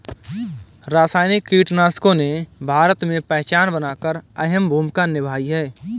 रासायनिक कीटनाशकों ने भारत में पहचान बनाकर अहम भूमिका निभाई है